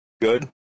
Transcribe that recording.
good